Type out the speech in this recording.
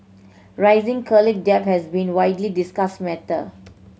rising college debt has been a widely discussed matter